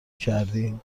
کردی